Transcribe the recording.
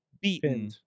beaten